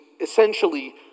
essentially